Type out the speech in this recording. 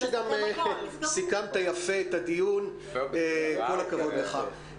סיכמת יפה את הדיון, כל הכבוד לך.